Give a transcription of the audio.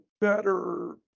better